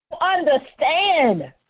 understand